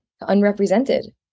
unrepresented